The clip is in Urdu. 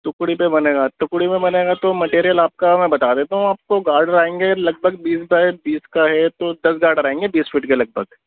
ٹکڑی پہ بنے گا ٹکڑی میں بنے گا تو مٹیریل آپ کا میں بتا دیتا ہوں آپ کو گارڈر آئیں گے لگ بھگ بیس بائی بیس کا ہے تو دس گارڈر آئیں گے بیس فٹ کے لگ بھگ